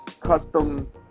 custom